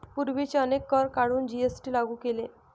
पूर्वीचे अनेक कर काढून जी.एस.टी लागू केले